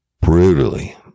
brutally